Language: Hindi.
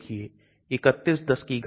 यहां एक R समूह है R camphanoyl है